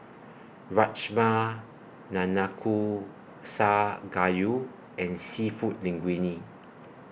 Rajma Nanakusa Gayu and Seafood Linguine